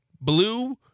blue